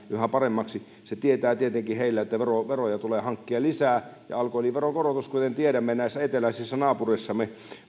yhä paremmaksi se tietää tietenkin heille sitä että veroja tulee hankkia lisää ja alkoholiveron korotus kuten tiedämme näissä eteläisissä naapureissamme